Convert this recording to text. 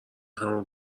همو